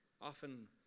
Often